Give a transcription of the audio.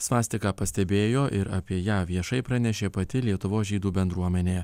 svastiką pastebėjo ir apie ją viešai pranešė pati lietuvos žydų bendruomenė